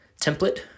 template